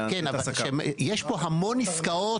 כן, יש פה המון עסקאות.